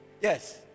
Yes